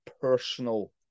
personal